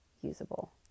usable